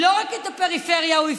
לא רק את הפריפריה הוא הפקיר,